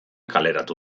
kaleratu